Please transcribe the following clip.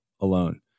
alone